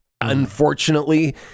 Unfortunately